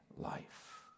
life